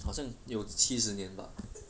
好像有七十年吧